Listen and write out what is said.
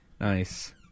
Nice